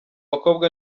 bakobwa